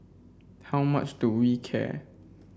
how much do we care